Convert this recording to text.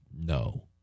No